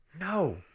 No